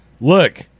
look